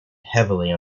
heavily